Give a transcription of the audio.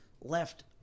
left